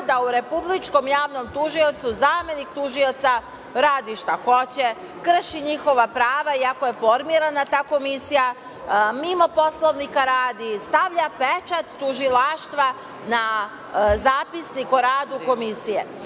da u Republičkom javnom tužilaštvu zamenik tužioca radi šta hoće, krši njihova prava, iako je formirana ta komisija, mimo poslovnika radi, stavlja pečat tužilaštva na zapisnik o radu komisije. Tako